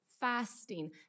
fasting